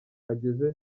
ageze